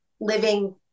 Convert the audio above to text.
living